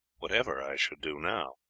whatever i should do now,